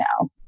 now